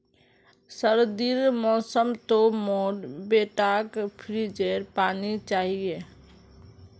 सर्दीर मौसम तो मोर बेटाक फ्रिजेर पानी चाहिए